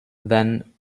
then